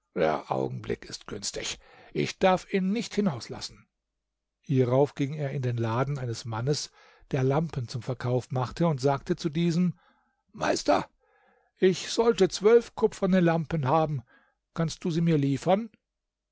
augenblick ist günstig ich darf ihn nicht hinauslassen hierauf ging er in den laden eines mannes der lampen zum verkauf machte und sagte zu diesem meister ich sollte zwölf kupferne lampen haben kannst du sie mir liefern